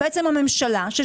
שזו הממשלה,